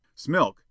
smilk